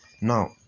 Now